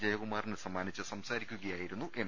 ജയകുമാറിന് സമ്മാ നിച്ച് സംസാരിക്കുകയായിരുന്നു എം